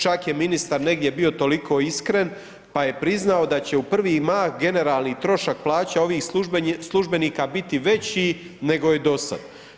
Čak je ministar negdje bio toliko iskren pa je priznao da će u prvi mah generalni trošak ovih službenika biti veći nego je do sada.